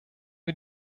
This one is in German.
wir